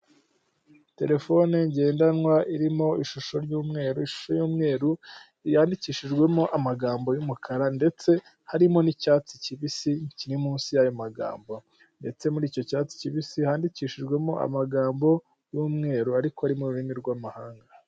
Telefoni ngendanwa irimo ishusho y'umweru, ishusho y'umweru yandikishijwemo amagambo y'umukara, ndetse harimo n'icyatsi kibisi kiri munsi y'ayo magambo, ndetse muri icyo cyatsi kibisi handikishijwemo amagambo y'umweru ariko ari mu rurimi rw'amahanga.